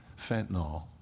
fentanyl